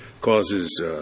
causes